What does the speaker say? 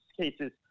cases